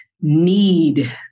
need